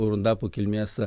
rundapo kilmės